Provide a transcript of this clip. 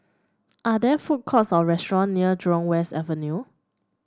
are there food courts or restaurant near Jurong West Avenue